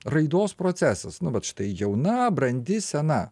raidos procesas nu vat štai jauna brandi sena